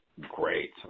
great